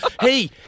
Hey